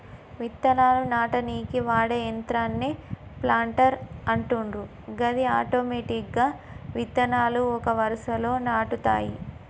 విత్తనాలు నాటనీకి వాడే యంత్రాన్నే ప్లాంటర్ అంటుండ్రు గది ఆటోమెటిక్గా విత్తనాలు ఒక వరుసలో నాటుతాయి